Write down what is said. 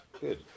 Good